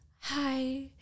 hi